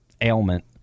ailment